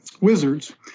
wizards